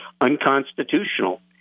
unconstitutional